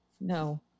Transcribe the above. No